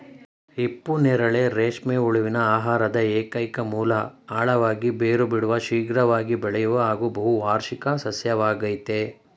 ಹಿಪ್ಪುನೇರಳೆ ರೇಷ್ಮೆ ಹುಳುವಿನ ಆಹಾರದ ಏಕೈಕ ಮೂಲ ಆಳವಾಗಿ ಬೇರು ಬಿಡುವ ಶೀಘ್ರವಾಗಿ ಬೆಳೆಯುವ ಹಾಗೂ ಬಹುವಾರ್ಷಿಕ ಸಸ್ಯವಾಗಯ್ತೆ